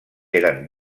eren